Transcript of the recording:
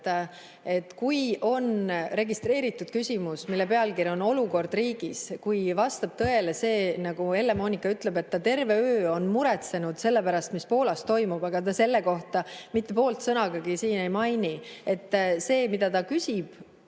On registreeritud küsimus, mille pealkiri on "Olukord riigis". Kui vastab tõele see, nagu Helle-Moonika ütleb, et ta terve öö on muretsenud selle pärast, mis Poolas toimub, aga ta seda mitte poole sõnagagi ei maini ... See, mida ta küsib